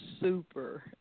super